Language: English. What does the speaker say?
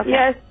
yes